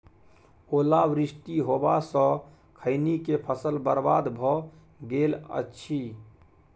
ओला वृष्टी होबा स खैनी के फसल बर्बाद भ गेल अछि?